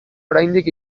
oraindik